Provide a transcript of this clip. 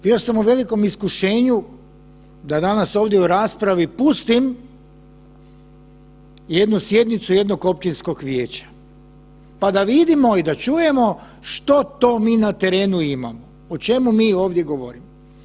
Bio sam u velimo iskušenju da danas ovdje u raspravi pustim jednu sjednicu jednog općinskog vijeća pa da vidimo i da čujemo što to mi na terenu imamo, o čemu mi ovdje govorimo.